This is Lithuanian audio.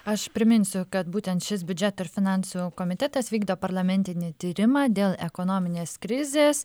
aš priminsiu kad būtent šis biudžeto ir finansų komitetas vykdo parlamentinį tyrimą dėl ekonominės krizės